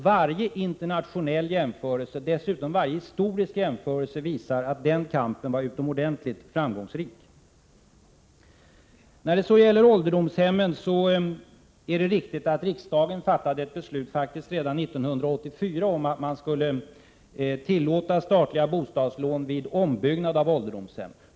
Varje internationell jämförelse och dessutom varje historisk jämförelse visar att den kampen var utomordentligt framgångsrik. När det så gäller ålderdomshemmen är det riktigt att riksdagen fattade ett beslut redan 1984 om att man skulle tillåta statliga bostadslån vid ombyggnad av ålderdomshem.